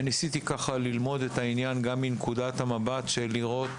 וניסיתי ללמוד את העניין גם מנקודת המבט של לראות